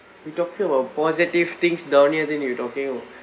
we talking about positive things down here then you talking